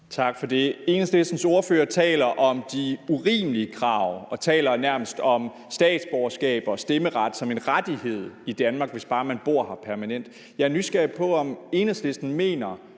Tak for det. Enhedslistens ordfører taler om de urimelige krav og taler nærmest om statsborgerskab og stemmeret som en rettighed i Danmark, hvis bare man bor her permanent. Jeg er nysgerrig på at vide, om Enhedslisten mener,